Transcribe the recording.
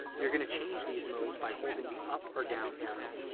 you're gonna change these modes by holding the up or down arrows.